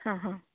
हां हां